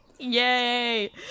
yay